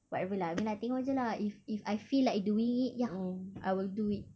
whatever lah I mean tengok jer lah if if I feel like doing it ya I will do it